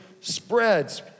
spreads